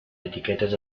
etiquetas